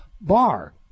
bar